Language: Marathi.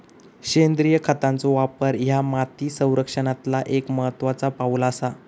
सेंद्रिय खतांचो वापर ह्या माती संरक्षणातला एक महत्त्वाचा पाऊल आसा